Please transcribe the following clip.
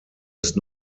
ist